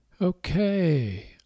Okay